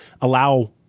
allow